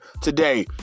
today